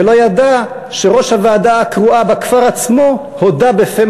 ולא ידע שראש הוועדה הקרואה בכפר עצמו הודה בפה